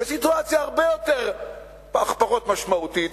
בסיטואציה פחות משמעותית,